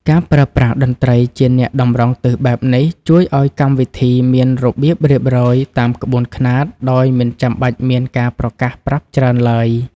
ការប្រើប្រាស់តន្ត្រីជាអ្នកតម្រង់ទិសបែបនេះ ជួយឱ្យកម្មវិធីមានរបៀបរៀបរយតាមក្បួនខ្នាត ដោយមិនចាំបាច់មានការប្រកាសប្រាប់ច្រើនឡើយ